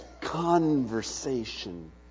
conversation